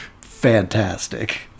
fantastic